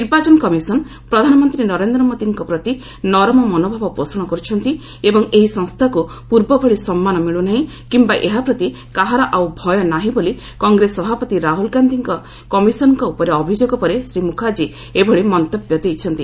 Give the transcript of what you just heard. ନିର୍ବାଚନ କମିଶନ୍ ପ୍ରଧାନମନ୍ତ୍ରୀ ନରେନ୍ଦ୍ର ମୋଦିଙ୍କ ପ୍ରତି ନରମ ମନୋଭାବ ପୋଷଣ କରୁଛନ୍ତି ଏବଂ ଏହି ସଂସ୍ଥାକୁ ପୂର୍ବ ଭଳି ସମ୍ମାନ ମିଳୁନାହିଁ କିମ୍ବା ଏହା ପ୍ରତି କାହାର ଆଉ ଭୟ ନାହିଁ ବୋଲି କଂଗ୍ରେସ ସଭାପତି ରାହୁଲ ଗାନ୍ଧିଙ୍କ କମିଶନଙ୍କ ଉପରେ ଅଭିଯୋଗ ପରେ ଶ୍ରୀ ମୁଖାର୍ଜୀ ଏଭଳି ମନ୍ତବ୍ୟ ଦେଇଛନ୍ତି